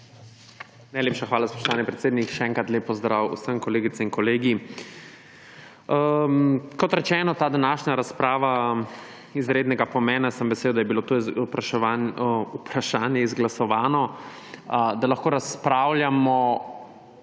hvala, spoštovani predsednik. Še enkrat lep pozdrav vsem. Kolegice in kolegi! Kot rečeno, ta današnja razprava je izrednega pomena. Sem vesel, da je bilo vprašanje izglasovano, da lahko razpravljamo